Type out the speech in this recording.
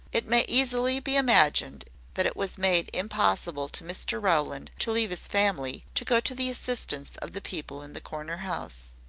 it may easily be imagined that it was made impossible to mr rowland to leave his family, to go to the assistance of the people in the corner-house.